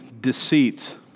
deceit